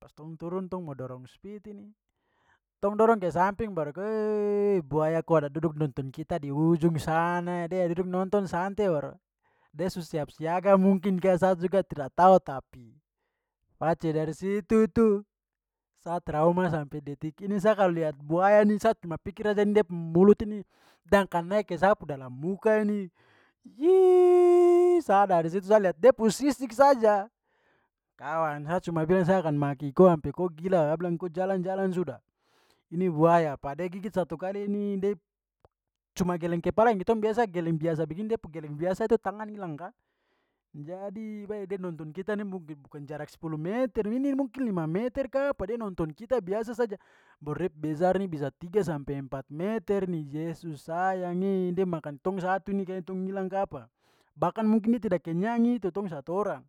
Pas tong turun tong mau dorong speed ini tong dorong ke samping baru buaya ko ada duduk nonton kita di ujung sana eh. Da ada duduk nonton sante baru da su siap siaga mungkin ka, sa juga tidak tahu, tapi pace dari situ tu sa trauma sampai detik ini. Sa kalau lihat buaya ni sa cuma pikir saja ini de mulut ini da akan naik ke sa pu dalam muka ini sa dari situ sa liat da pu sisik saja kawan sa cuma bilang saja sa akan maki ko sampe ko gila. Sa bilang ko jalan jalan sudah, ini buaya. da gigit satu kali ini de cuma geleng kepala yang kitong biasa geleng biasa begini da pu geleng biasa itu tangan ilang ka. Jadi, we, da nonton kita ini mungkin bukan jarak sepuluh meter ini mungkin lima meter kapa. Da nonton kita biasa saja. Baru da pu besar ni bisa tiga sampai empat meter ni. Yesus sayang eh, da makan tong satu ini kayaknya tong hilang kapa. Bahkan mungkin dia tidak kenyang itu tong satu orang.